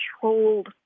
controlled